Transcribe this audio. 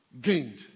gained